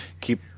keep